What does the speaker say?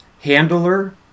Handler